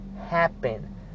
happen